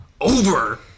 over